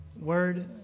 Word